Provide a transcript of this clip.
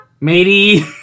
Matey